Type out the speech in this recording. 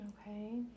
Okay